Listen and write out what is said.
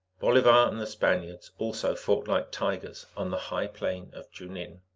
bolivar and the spaniards, also, fought like tigers on the high plain of junin.